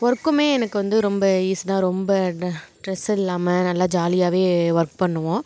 ஒர்க்குமே எனக்கு வந்து ரொம்ப ஈஸி தான் ரொம்ப ட ட்ரெஸ் இல்லாமல் நல்லா ஜாலியாகவே ஒர்க் பண்ணுவோம்